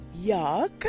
yuck